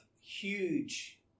huge